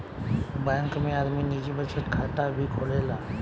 bank में आदमी निजी बचत खाता भी खोलेला